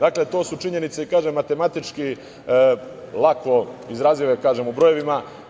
Dakle, to su činjenice i matematički lako izrazive u brojevima.